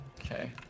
Okay